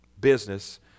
business